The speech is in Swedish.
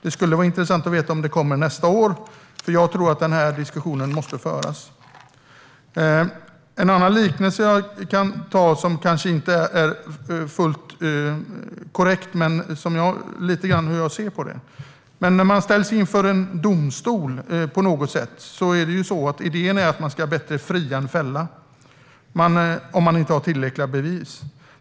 Det skulle vara intressant att veta om den kommer nästa år, för jag tror att denna diskussion måste föras. Jag kan göra en liknelse, som kanske inte är fullt korrekt men som visar hur jag ser på det. När någon ställs inför en domstol är idén att det är bättre att fria än fälla när man inte har tillräckliga bevis.